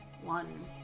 one